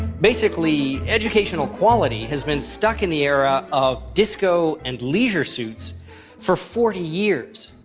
basically, educational quality has been stuck in the era of disco and leisure suits for forty years,